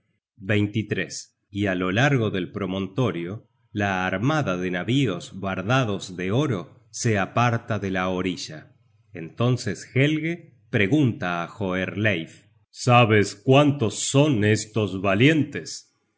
hedin y á lo largo del promontorio la armada de navíos bardados de oro se aparta de la orilla entonces helge pregunta á hoerleif sabes cuántos son estos valientes